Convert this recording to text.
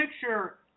picture